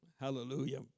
Hallelujah